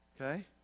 okay